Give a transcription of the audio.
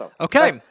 Okay